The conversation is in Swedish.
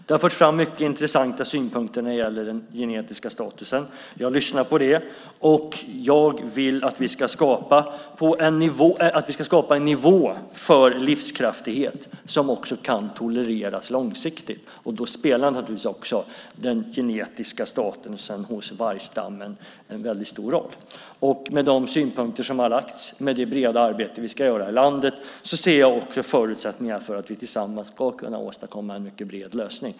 Det har förts fram många intressanta synpunkter vad gäller den genetiska statusen. Jag lyssnar på det och vill att vi ska skapa en nivå för livskraftighet som också kan tolereras långsiktigt. Då spelar den genetiska statusen hos vargstammen givetvis en stor roll. Med de synpunkter som lagts fram och det breda arbete vi ska göra i landet ser jag förutsättningar för att vi tillsammans ska kunna åstadkomma en mycket bred lösning.